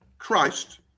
christ